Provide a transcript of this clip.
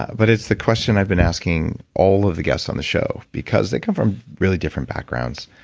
but it's the question i've been asking all of the guests on the show, because they come from really different backgrounds.